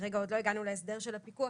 כרגע עוד לא הגענו להסדר של הפיקוח,